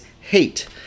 hate